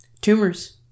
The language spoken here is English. tumors